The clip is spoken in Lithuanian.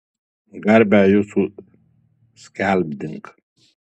garbę jūsų skelbdink